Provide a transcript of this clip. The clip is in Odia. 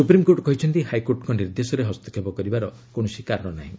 ସୁପ୍ରିମକୋର୍ଟ୍ କହିଛନ୍ତି ହାଇକୋର୍ଟଙ୍କ ନିର୍ଦ୍ଦେଶରେ ହସ୍ତକ୍ଷେପ କରିବାର କୌଣସି କାରଣ ନାହିଁ